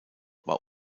war